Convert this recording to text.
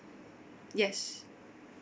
yes